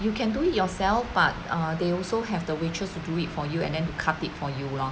you can do it yourself but err they also have the waitress to do it for you and then cut it for you lor